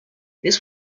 this